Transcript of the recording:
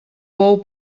bou